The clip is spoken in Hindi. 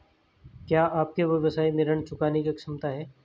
क्या आपके व्यवसाय में ऋण चुकाने की क्षमता है?